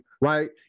right